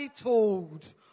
told